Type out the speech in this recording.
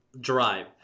drive